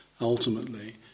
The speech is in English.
ultimately